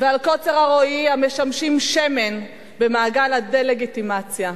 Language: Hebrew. ועל קוצר הרואי המשמשים שמן במעגל הדה-לגיטימציה,